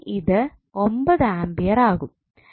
ഇനി ഇത് 9 ആംപിയർ ആകും